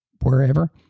wherever